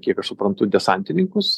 kiek aš suprantu desantininkus